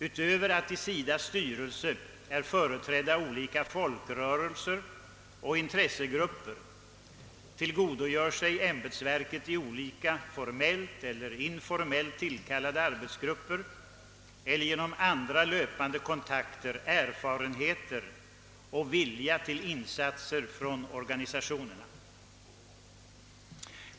» Utöver att i SIDA:s styrelse är företrädda olika folkrörelser och intressegrupper, tillgodogör sig ämbetsverket i olika formellt eller informellt tillkallade arbetsgrupper eller genom andra löpande kontakter erfarenheter och vilja till insatser från organisationerna.